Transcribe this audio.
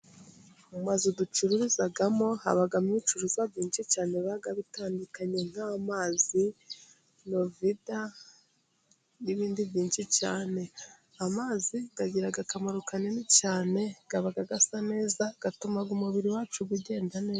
Amazu ducuruzamo, habamo ibicuruzwa byinshi cyane biba bitandukanye nk'amazi, novda, n'ibindi byinshi cyane. Amazi agira akamaro kanini cyane, aba asa neza, atuma umubiri wacu uba ugenda neza.